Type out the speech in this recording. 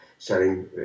selling